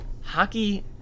Hockey